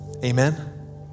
Amen